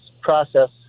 process